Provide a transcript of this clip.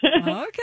Okay